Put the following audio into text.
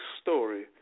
story